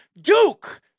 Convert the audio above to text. Duke